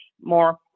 more